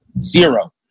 zero